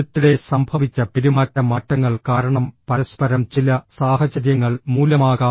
അടുത്തിടെ സംഭവിച്ച പെരുമാറ്റ മാറ്റങ്ങൾ കാരണം പരസ്പരം ചില സാഹചര്യങ്ങൾ മൂലമാകാം